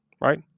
right